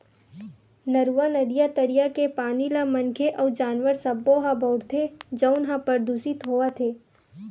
नरूवा, नदिया, तरिया के पानी ल मनखे अउ जानवर सब्बो ह बउरथे जउन ह परदूसित होवत हे